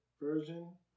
version